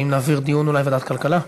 האם להעביר לדיון, אולי בוועדת הכלכלה?